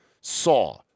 saw